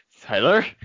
Tyler